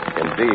Indeed